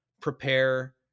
prepare